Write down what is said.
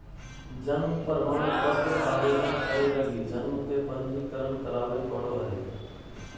जन्म प्रमाण पत्र आवेदन करे लगी जन्म के पंजीकरण करावे पड़ो हइ